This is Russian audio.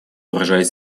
выражает